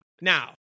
Now